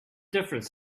difference